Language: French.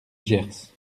gers